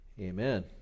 Amen